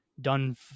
done